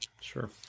sure